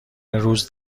روز